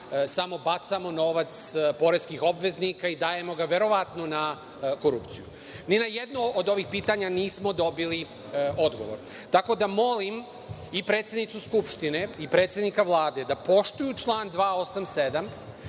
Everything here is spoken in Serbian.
samo bacamo novac poreskih obveznika i dajemo ga verovatno na korupciju. Ni na jedno od ovih pitanja nismo dobili odgovor. Tako da, molim i predsednicu Skupštine i predsednika Vlade da poštuju član 287.